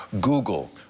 Google